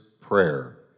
Prayer